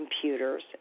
computers